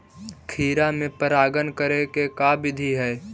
खिरा मे परागण करे के का बिधि है?